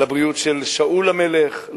לבריאות של שאול המלך,